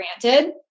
granted